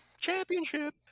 Championship